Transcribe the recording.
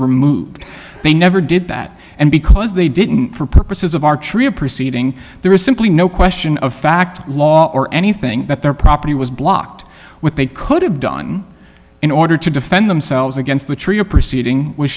removed they never did that and because they didn't for purposes of our tree a proceeding there is simply no question of fact law or anything that their property was blocked with they could have done in order to defend themselves against the tree of proceeding w